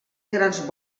grans